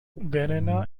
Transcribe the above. banana